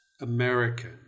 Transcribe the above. American